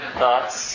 thoughts